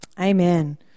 Amen